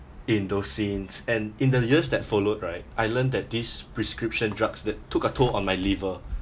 in those scenes and in the years that followed right I learned that this prescription drugs that took a toll on my liver